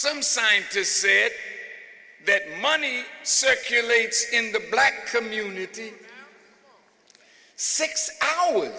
some scientists say that money circulates in the black community six hours